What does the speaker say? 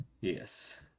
Yes